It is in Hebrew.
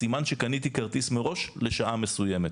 סימן שקניתי כרטיס מראש לשעה מסוימת.